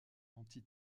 anti